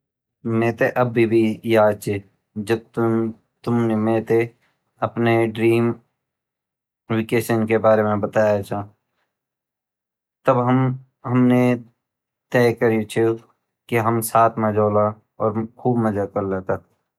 मैते अभी भी याद ची जब तुमने मेते अपना ड्रीम वेकेशना बारा मा बताया छो तब हमुन तै करि छो की हम साथ मा जोला अर खूब माज़ा कार्ला।